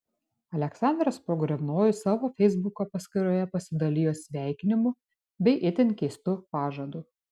aleksandras pogrebnojus savo feisbuko paskyroje pasidalijo sveikinimu bei itin keistu pažadu